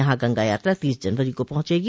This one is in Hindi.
यहां गंगा यात्रा तीस जनवरी को पहुंचेगी